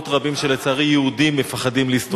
בירושלים יש מקומות רבים שלצערי יהודים מפחדים להסתובב שם.